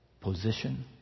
Position